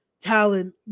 talent